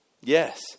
Yes